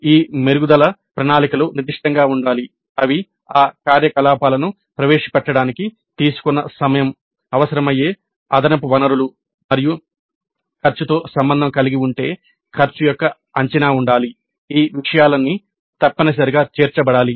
ఈ మెరుగుదల ప్రణాళికలు నిర్దిష్టంగా ఉండాలి అవి ఆ కార్యకలాపాలను ప్రవేశపెట్టడానికి తీసుకున్న సమయం అవసరమయ్యే అదనపు వనరులు మరియు ఖర్చుతో సంబంధం కలిగి ఉంటే ఖర్చు యొక్క అంచనా ఉండాలి ఈ విషయాలన్నీ తప్పనిసరిగా చేర్చబడాలి